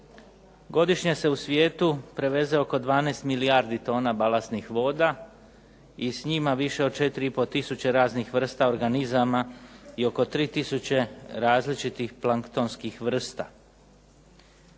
Godišnje se u svijetu preveze 12 milijardi tona balastnih voda i s njima više od 4,5 tisuće raznih vrsta organizama i oko 3 tisuće različitih planktonskih vrsta.